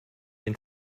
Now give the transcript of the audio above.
den